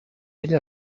ell